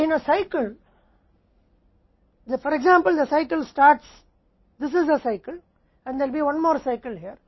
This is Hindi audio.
और एक में उदाहरण के लिए चक्र चक्र शुरू होता है यह एक चक्र है और यहां एक और चक्र होगा